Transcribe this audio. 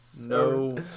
no